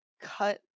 cut